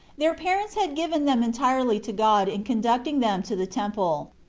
their parents had given them en tirely to god in conducting them to the temple,